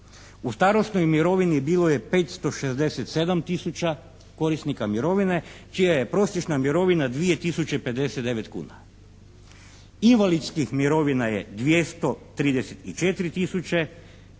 u starosnoj mirovini bilo je 567 tisuća korisnika mirovine čija je prosječna mirovina 2.059,00 kuna. Invalidskih mirovina je 234 tisuće,